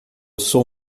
sou